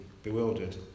bewildered